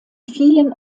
vielen